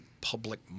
public